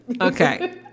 Okay